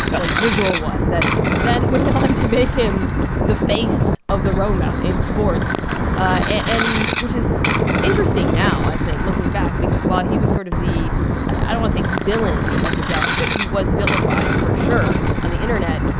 a visual one that then went on to make him the face of the rona in sports and which is interesting now, i think, looking back because while he was sort of the i don't want to say villain at the jump, but he was vilified, for sure, on the internet.